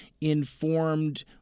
informed